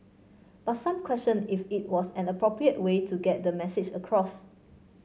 but some questioned if it was an appropriate way to get the message across